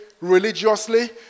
religiously